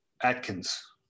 Atkins